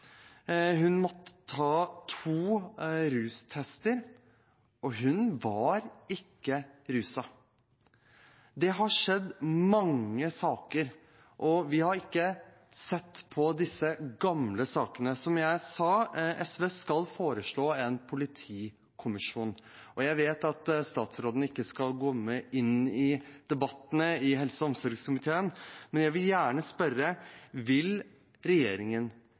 Hun måtte ta to rustester, men hun var ikke ruset. Det er mange saker, og vi har ikke sett på disse gamle sakene. Som jeg sa, skal SV foreslå en politikommisjon. Jeg vet at statsråden ikke skal gå inn i debattene i helse- og omsorgskomiteen, men jeg vil gjerne spørre: Vil regjeringen